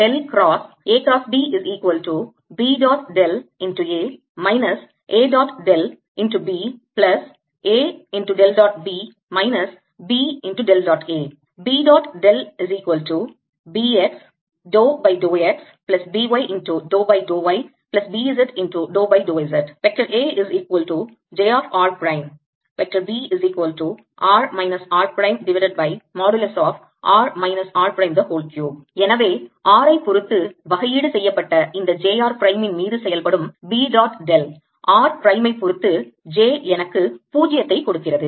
எனவே r ஐ பொறுத்து வகையீடு செய்யப்பட்ட இந்த j r பிரைம் இன் மீது செயல்படும் B டாட் டெல் r பிரைமை பொறுத்து j எனக்கு 0 ஐ கொடுக்கிறது